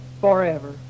forever